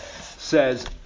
says